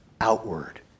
outward